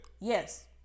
Yes